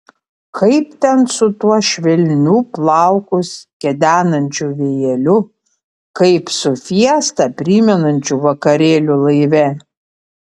kaip ten su tuo švelniu plaukus kedenančiu vėjeliu kaip su fiestą primenančiu vakarėliu laive